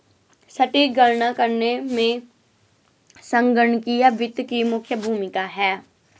सटीक गणना करने में संगणकीय वित्त की मुख्य भूमिका है